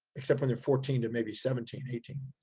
except when they're fourteen to maybe seventeen, eighteen,